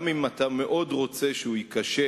גם אם אתה מאוד רוצה שהוא ייכשל